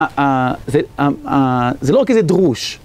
‫ה... זה לא כזה דרוש.